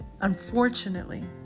Unfortunately